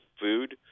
food